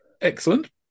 Excellent